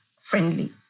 friendly